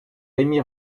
rémy